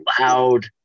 loud